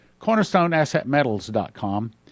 cornerstoneassetmetals.com